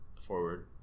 forward